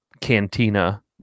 cantina